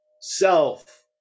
Self